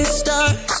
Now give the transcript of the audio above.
stars